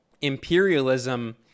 imperialism